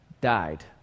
died